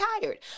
tired